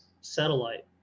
satellite